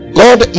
god